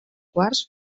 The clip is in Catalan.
quarts